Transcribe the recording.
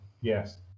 Yes